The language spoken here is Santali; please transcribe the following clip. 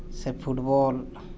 ᱥᱮ ᱯᱷᱩᱴᱵᱚᱞ